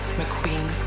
mcqueen